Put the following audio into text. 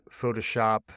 Photoshop